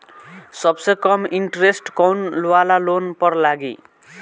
सबसे कम इन्टरेस्ट कोउन वाला लोन पर लागी?